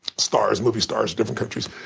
stars, movie stars, different countries.